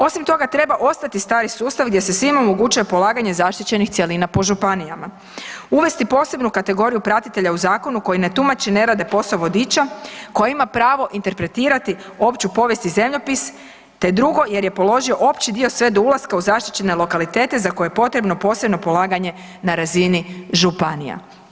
Osim toga, treba ostati stari sustav gdje se svima omogućuje polaganje zaštićenih cjelina po županijama, uvesti posebnu kategoriju pratitelja u Zakonu, koji ne tumači ne rade posao vodiča, koji ima pravo interpretirati opću povijest i zemljopis i drugo jer je položio opći dio sve do ulaska u zaštićene lokalitete za koje je potrebno posebno polaganje na razini županija.